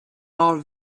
are